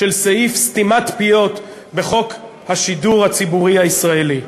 סעיף סתימת פיות בחוק השידור הציבורי הישראלי.